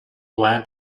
lamp